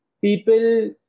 People